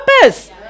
purpose